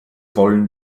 wollen